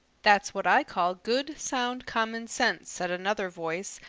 that's what i call good, sound common sense, said another voice,